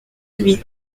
huit